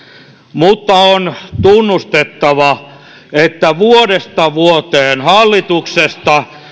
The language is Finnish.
mutta on tunnustettava että vuodesta vuoteen hallituksesta